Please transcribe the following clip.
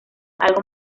algo